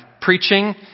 preaching